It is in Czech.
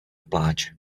pláč